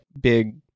Big